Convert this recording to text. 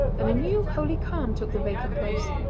and a new holy calm took the vacant place.